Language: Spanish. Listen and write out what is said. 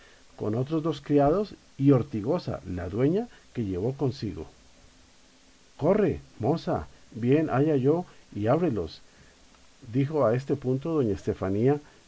con otros dos criados y hortigosa la dueñ a que llevó consigo corre moza bien haya yo y ábrelos dijo a este punto doña estefanía